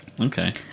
Okay